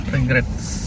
Regrets